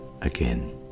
again